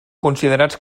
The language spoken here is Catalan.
considerats